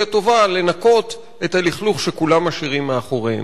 הטובה לנקות את הלכלוך שכולם משאירים מאחוריהם.